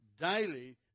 daily